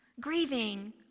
grieving